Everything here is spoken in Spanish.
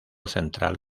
central